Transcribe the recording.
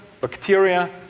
bacteria